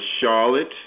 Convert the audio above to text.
Charlotte